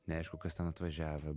neaišku kas ten atvažiavę